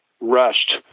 rushed